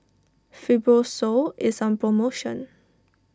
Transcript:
Fibrosol is on promotion